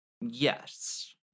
Yes